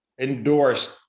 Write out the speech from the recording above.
endorsed